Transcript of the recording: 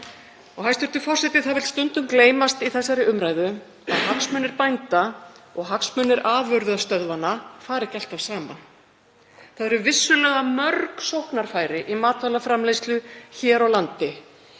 Hæstv. forseti. Það vill stundum gleymast í þessari umræðu að hagsmunir bænda og hagsmunir afurðastöðvanna fara ekki alltaf saman. Það eru vissulega mörg sóknarfæri í matvælaframleiðslu hér á landi,